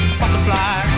butterfly